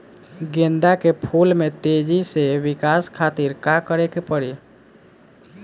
गेंदा के फूल में तेजी से विकास खातिर का करे के पड़ी?